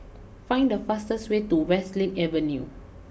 find the fastest way to Westlake Avenue